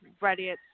ready